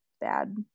bad